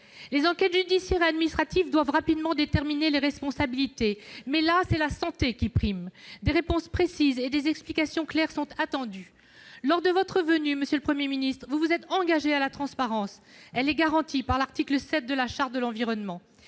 Les enquêtes judiciaire et administrative doivent rapidement déterminer les responsabilités. Mais, à cette heure, c'est la santé qui prime : à cet égard, des réponses précises et des explications claires sont attendues. Lors de votre visite sur place, monsieur le Premier ministre, vous vous êtes engagé à la transparence, du reste garantie par l'article 7 de la Charte de l'environnement.